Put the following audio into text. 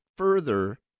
Further